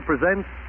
presents